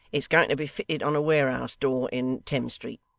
it's going to be fitted on a ware'us-door in thames street